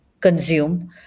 consume